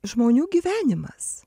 žmonių gyvenimas